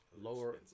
lower